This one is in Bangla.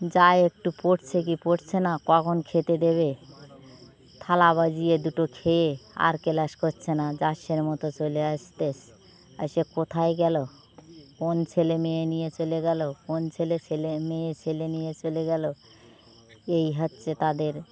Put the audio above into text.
যায় একটু পড়ছে কি পড়ছে না কখন খেতে দেবে থালা বাজিয়ে দুটো খেয়ে আর ক্লাস করছে না যার সের মতো চলে আসছে এসে কোথায় গেলো কোন ছেলে মেয়ে নিয়ে চলে গেলো কোন ছেলে ছেলে মেয়ে ছেলে নিয়ে চলে গেলো এই হচ্ছে তাদের